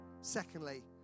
Secondly